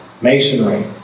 Masonry